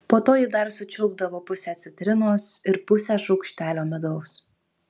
po to ji dar sučiulpdavo pusę citrinos ir pusę šaukštelio medaus